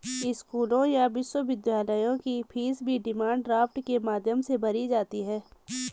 स्कूलों या विश्वविद्यालयों की फीस भी डिमांड ड्राफ्ट के माध्यम से भरी जाती है